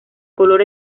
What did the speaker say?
color